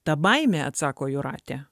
ta baimė atsako jūratė